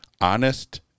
honest